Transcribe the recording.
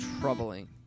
troubling